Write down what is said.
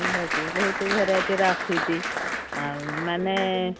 କୁ ବହୁତ ଭେରାଇଟିର ଆସୁଛି ଆଉ ମାନେ